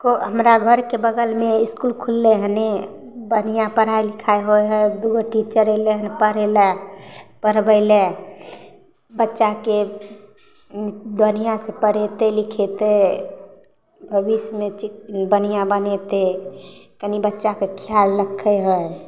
हमरा घरके बगलमे इसकुल खुललै हने बढ़िआँ पढ़ाइ लिखाइ होइ हइ दुइगो टीचर अएलै हन पढ़ैलए पढ़बैलए बच्चाके बढ़िआँसँ पढ़ेतै लिखेतै भविष्यमे चिक बढ़िआँ बनेतै कनि बच्चाके खिआल रखै हइ